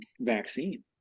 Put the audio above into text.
vaccine